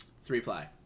Three-ply